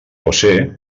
josé